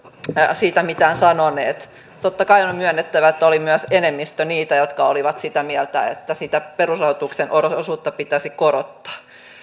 siitä mitään sanoneet totta kai on on myönnettävä että oli myös enemmistö niitä jotka olivat sitä mieltä että sitä perusrahoituksen osuutta pitäisi korottaa